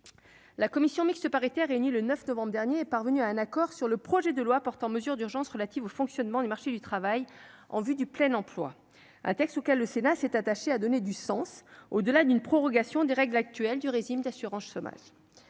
La commission mixte paritaire, réunie le 9 novembre dernier est parvenu à un accord sur le projet de loi portant mesures d'urgence relatives au fonctionnement du marché du travail en vue du plein emploi, un texte auquel le Sénat s'est attaché à donner du sens au delà d'une prorogation des règles actuelles du régime d'assurance chômage,